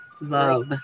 love